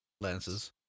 Lances